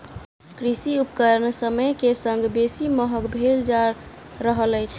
कृषि उपकरण समय के संग बेसी महग भेल जा रहल अछि